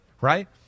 right